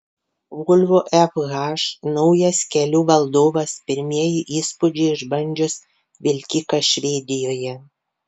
volvo fh naujas kelių valdovas pirmieji įspūdžiai išbandžius vilkiką švedijoje